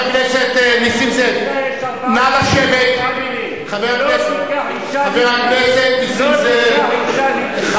אדוני היושב-ראש, חבר הכנסת זאב, נא לשבת.